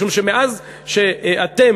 משום שמאז שאתם,